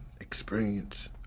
experience